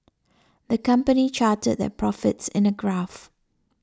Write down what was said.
the company charted their profits in a graph